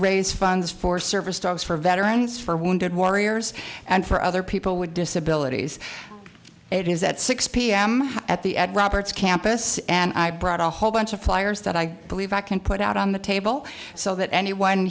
raise funds for service dogs for veterans for wounded warriors and for other people with disabilities it is that six p m at the at robert's campus and i brought a whole bunch of flyers that i believe i can put out on the table so that anyone